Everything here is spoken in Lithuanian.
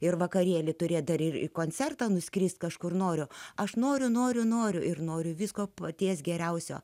ir vakarėlyje turi dar ir į koncertą nuskris kažkur noriu aš noriu noriu noriu ir noriu visko paties geriausio